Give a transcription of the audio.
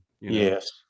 yes